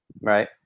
right